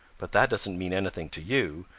but that doesn't mean anything to you,